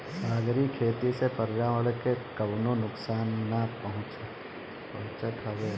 सागरी खेती से पर्यावरण के कवनो नुकसान ना पहुँचत हवे